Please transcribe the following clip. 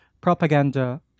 propaganda